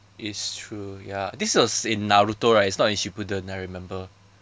it's true ya this was in naruto right it's not in shipudden I remember